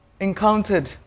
encountered